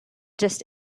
just